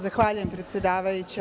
Zahvaljujem, predsedavajuća.